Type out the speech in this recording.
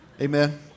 Amen